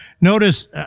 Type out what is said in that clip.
notice